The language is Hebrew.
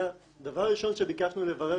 דבר ראשון שביקשנו לברר